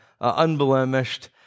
unblemished